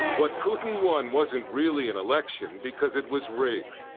what putin won wasn't really an election because it was rigged.